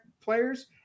players